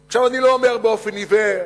עכשיו, אני לא אומר באופן עיוור,